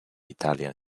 italian